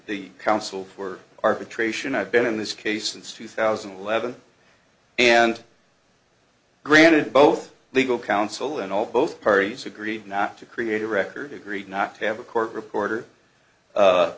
the council for arbitration i've been in this case since two thousand and eleven and granted both legal counsel and all both parties agreed not to create a record agreed not to have a court reporter